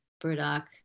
burdock